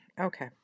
okay